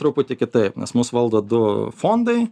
truputį kitaip nes mus valdo du fondai